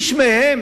איש מהם